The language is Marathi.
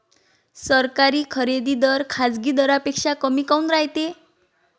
सरकारी खरेदी दर खाजगी दरापेक्षा कमी काऊन रायते?